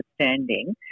understanding